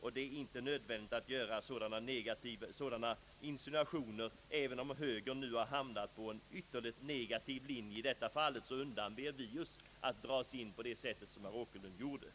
Det är inte nödvändigt att göra sådana insinuationer. Även om högern nu hamnat på en ytterligt negativ linje, undanber vi oss att bli indragna på det sättet, herr Åkerlund.